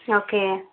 okay